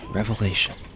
revelation